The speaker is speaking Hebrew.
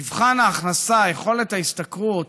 מבחן ההכנסה, יכולת ההשתכרות